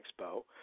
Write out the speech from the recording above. Expo